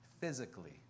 physically